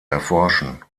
erforschen